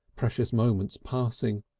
precious moments passing!